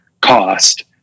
cost